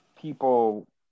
people